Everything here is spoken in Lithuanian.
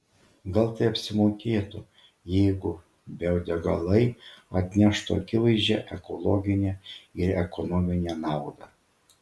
gal tai apsimokėtų jeigu biodegalai atneštų akivaizdžią ekologinę ir ekonominę naudą